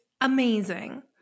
amazing